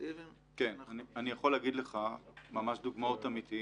כן, אני יכול להגיד לך דוגמאות אמיתיות.